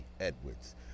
edwards